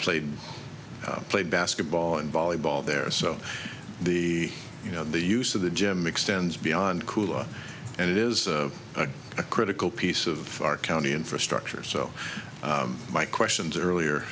played played basketball and volleyball there so the you know the use of the gym extends beyond cool and it is a critical piece of our county infrastructure so my questions earlier